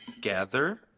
Gather